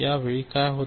वेळी काय होत आहे